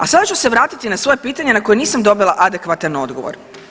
A sada ću se vratiti na svoje pitanje na koje nisam dobila adekvatan odgovor.